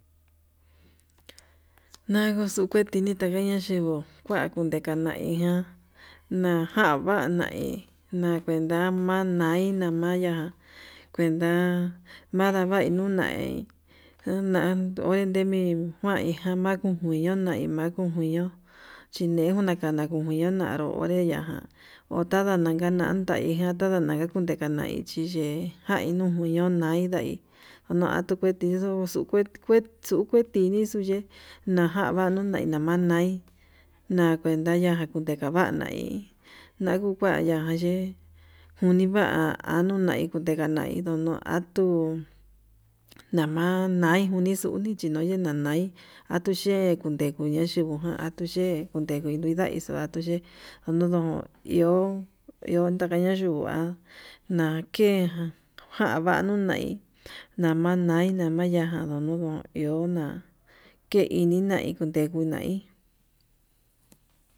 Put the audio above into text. Nakaxu kuetini nakaxukaña yinguu kua kundeka naiján naján va'a nai nakuneta namai namaya kuanta nadavai nunai, unan unra ndemi jama kukuiña mai imaku nguiño, chinekana niyakuina narú onre ñaján otanda naka nantaí ña'a tanda nakana ndeku nekanai chiye'e jai nuñunu nai ndai nukue tixuu uxu kue kuexu kuetini nuye'e najan navanai nununai nakuenta ya nunei ya'á kuanai nakukuaya ye'é, univa anunai ndekanai ndunuu atuu nama nai kuni xhuni yunuu china'a nai atuye kundeña yinguu ngan atuye kundeku nunayu ye onodon iho iho nakanayuu kua nakejan janvanuu, nai nama nai nindamaya jan yunuu nuu iho na'a ke inina kundeku nai.